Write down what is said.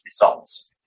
results